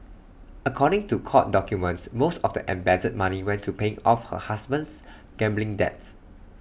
according to court documents most of the embezzled money went to paying off her husband's gambling debts